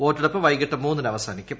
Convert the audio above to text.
വോട്ടെടുപ്പ് വൈകിട്ട് മൂന്നിന് അവസാനിക്കും